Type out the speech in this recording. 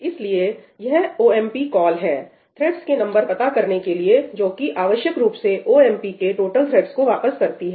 इसलिए यह OMP call है थ्रेड्स के नंबर पता करने के लिए जोकि आवश्यक रूप से ओएमपी के टोटल थ्रेड्स को वापस करती है